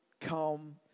come